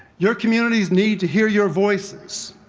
your communities need to hear your voices,